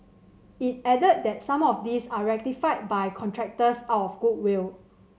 it added that some of these are rectified by contractors out of goodwill